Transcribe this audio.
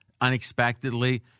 unexpectedly